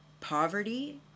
poverty